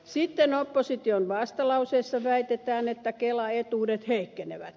sitten opposition vastalauseessa väitetään että kelaetuudet heikkenevät